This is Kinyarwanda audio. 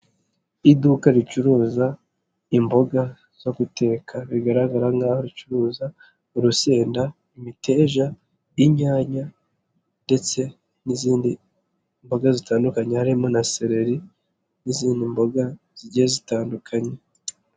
Iduka ricuruza imboga zo guteka bigaragara nk'abacuruza urusenda, imiteja, y'inyanya, ndetse n'izindi mboga zitandukanye harimo na sereri n'izindi mboga zigiye zitandukanye.